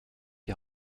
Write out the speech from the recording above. die